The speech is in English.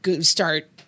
start